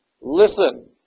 Listen